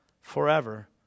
forever